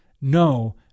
no